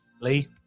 Lee